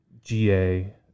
GA